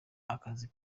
akazi